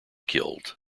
killed